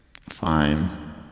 Fine